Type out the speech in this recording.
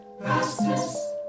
vastness